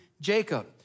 Jacob